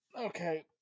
Okay